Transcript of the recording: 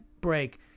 break